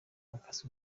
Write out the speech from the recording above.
akazi